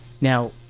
Now